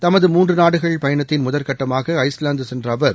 தமது மூன்றுநாடுகள் பயணத்தின் முதற்கட்டமாக ஐஸ்லாந்து சென்ற அவர்